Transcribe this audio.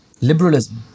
liberalism